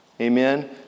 Amen